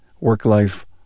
work-life